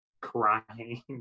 crying